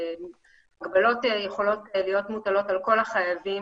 ההגבלות יכולות להיות מוטלות על כל החייבים